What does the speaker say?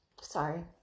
sorry